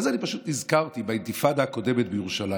ואז אני פשוט נזכרתי באינתיפאדה הקודמת בירושלים.